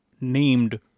named